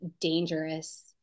dangerous